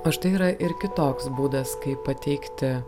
o štai yra ir kitoks būdas kaip pateikti